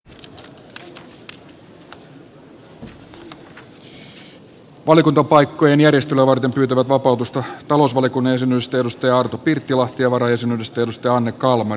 valiokuntapaikkojen järjestelyä varten pyytävät vapautusta talousvaliokunnan jäsenyydestä arto pirttilahti ja varajäsenyydestä anne kalmari